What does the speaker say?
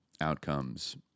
outcomes